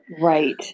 Right